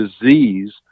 disease